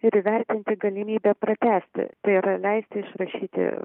ir įvertinti galimybę pratęsti tai yra leisti išrašyti